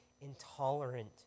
intolerant